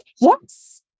yes